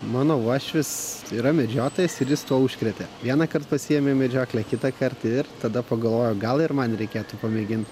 mano uošvis yra medžiotojas ir jis tuo užkrėtė vienąkart pasiėmė į medžioklę kitąkart ir tada pagalvojau gal ir man reikėtų pamėgint